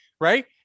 right